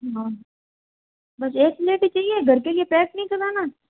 बस एक प्लेट ही चहिए घर के लिए पैक नहीं कराना